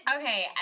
Okay